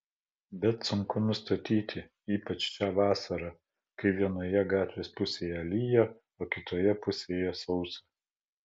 bet sunku nustatyti ypač šią vasarą kai vienoje gatvės pusėje lyja o kitoje pusėje sausa